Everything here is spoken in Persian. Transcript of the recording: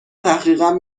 تحقیقم